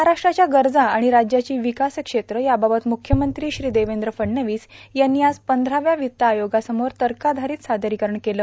महाराष्ट्राच्या गरजा आाण राज्याची र्वकास क्षेत्रे याबाबत मुख्यमंत्री श्री देवद्र फडणवीस यांनी आज पंधराव्या पंवत्त आयोगासमोर तकाधारित सादरोंकरण केलं